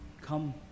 Come